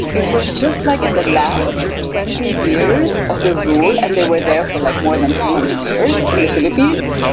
it was just like in the last twenty years of the rule and they were there for like more than three hundred years in the philippines,